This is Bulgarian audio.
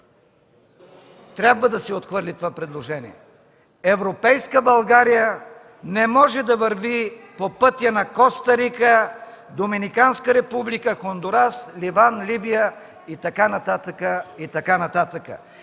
трябва да се отхвърли това предложение. Европейска България не може да върви по пътя на Коста Рика, Доминиканска република, Хондурас, Ливан, Либия и така нататък!